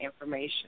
information